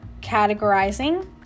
categorizing